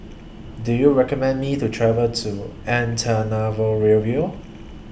Do YOU recommend Me to travel to Antananarivo